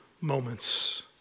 moments